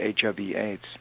HIV-AIDS